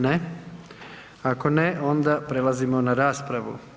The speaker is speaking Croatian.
Ne, ako ne onda prelazimo na raspravu.